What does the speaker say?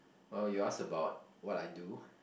well you ask about what I do